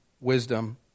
wisdom